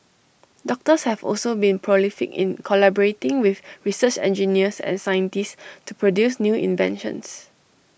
doctors have also been prolific in collaborating with research engineers and scientists to produce new inventions